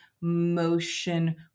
motion